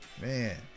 man